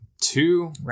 Two